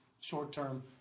short-term